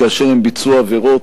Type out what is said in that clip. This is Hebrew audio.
כאשר הם ביצעו עבירות